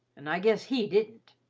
and i guess he didn't.